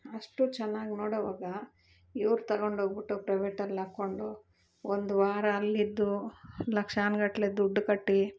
ಅಷ್ಟು ಚೆನ್ನಾಗಿ ನೋಡೋವಾಗ ಇವ್ರು ತಗೊಂಡೋಗಿಬಿಟ್ಟು ಪ್ರೈವೇಟಲ್ಲಿ ಹಾಕೊಂಡು ಒಂದು ವಾರ ಅಲ್ಲಿದ್ದು ಲಕ್ಷಾನುಗಟ್ಲೆ ದುಡ್ಡು ಕಟ್ಟಿ